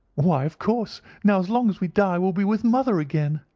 why, of course, now as long as we die we'll be with mother again.